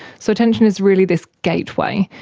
so attention is really this gateway.